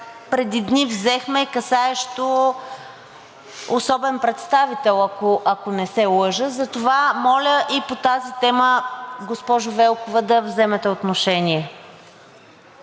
преди дни взехме, касаещо особен представител, ако не се лъжа. Затова моля и по тази тема, госпожо Велкова, да вземете отношение.